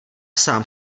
sám